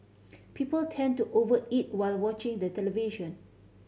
people tend to over eat while watching the television